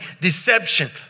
deception